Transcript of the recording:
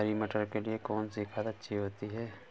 हरी मटर के लिए कौन सी खाद अच्छी होती है?